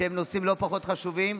שהם נושאים לא פחות חשובים,